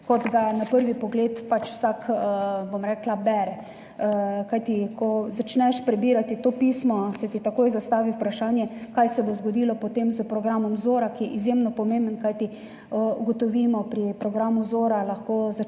kot ga na prvi pogled vsak, bom rekla, bere. Kajti ko začneš prebirati to pismo, se ti takoj zastavi vprašanje, kaj se bo zgodilo potem s programom Zora, ki je izjemno pomemben, kajti pri programu Zora lahko